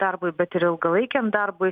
darbui bet ir ilgalaikiam darbui